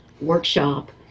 workshop